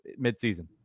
midseason